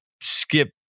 skip